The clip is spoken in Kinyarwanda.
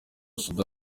sudani